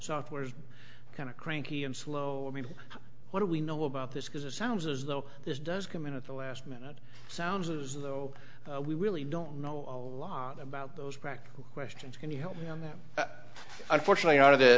software is kind of cranky and slow i mean what do we know about this because it sounds as though this does come in at the last minute sounds as though we really don't know a lot about those back questions can you help me on that unfortunately out of the